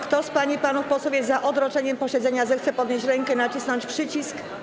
Kto z pań i panów posłów jest za odroczeniem posiedzenia, zechce podnieść rękę i nacisnąć przycisk.